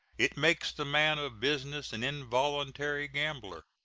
it makes the man of business an involuntary gambler,